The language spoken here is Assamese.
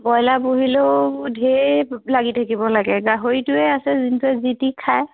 ব্ৰইলাৰ পুহিলেও ধেৰ লাগি থাকিব লাগে গাহৰিটোৱে আছে যোনটোৱে যি টি খায়